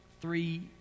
Three